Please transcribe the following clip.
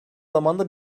zamanda